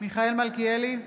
מיכאל מלכיאלי,